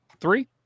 three